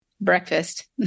breakfast